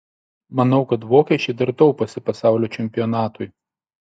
manau kad vokiečiai dar tauposi pasaulio čempionatui